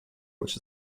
which